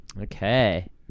Okay